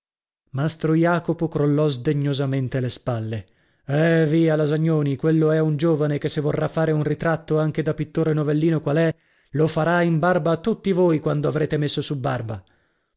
mastro jacopo crollò sdegnosamente le spalle eh via lasagnoni quello è un giovane che se vorrà fare un ritratto anche da pittore novellino qual è lo farà in barba a tutti voi quando avrete messo su barba